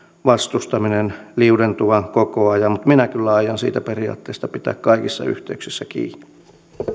vastustaminen liudentuvan koko ajan mutta minä kyllä aion siitä periaatteesta pitää kaikissa yhteyksissä kiinni